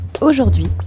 Aujourd'hui